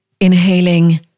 Inhaling